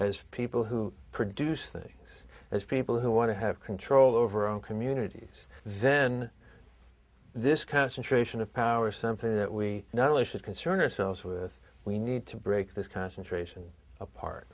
as people who produce things as people who want to have control over our own communities then this concentration of power something that we not only should concern ourselves with we need to break this concentration apart